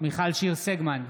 מיכל שיר סגמן,